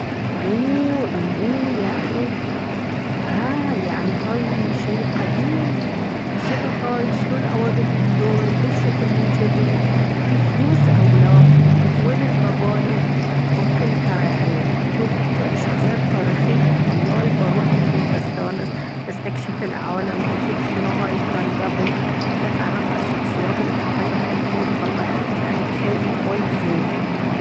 بوووه عنبوه يعني ها يعني هاي شي قديم شنو هاي شلون اوادم هلون ليش شكلهم جذي في فلوس او لا وين المباني ممكن ترى يعني تشوف شخصيات تاريخية الله باروح الحين استانس بستكشف العالم بتشوف شنو هاي كان قبل بتعرف على الشخصيات الي احبها اكين والله يعني شي وايد زين